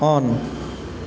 on